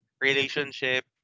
relationship